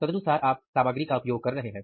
तदनुसार आप सामग्री का उपयोग कर रहे हैं